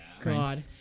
God